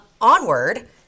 onward